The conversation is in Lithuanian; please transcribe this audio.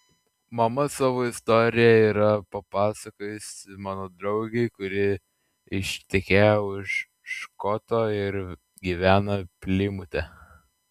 mama savo istoriją yra papasakojusi mano draugei kuri ištekėjo už škoto ir gyvena plimute